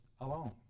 alone